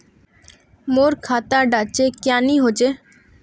मोर खाता डा चेक क्यानी होचए?